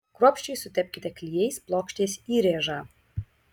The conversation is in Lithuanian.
kruopščiai sutepkite klijais plokštės įrėžą